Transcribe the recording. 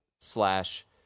slash